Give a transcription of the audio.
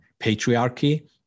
patriarchy